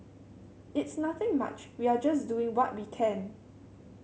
it's nothing much we are just doing what we can